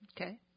Okay